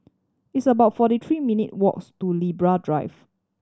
it's about forty three minute walks to Libra Drive